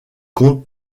compte